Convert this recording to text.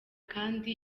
kandi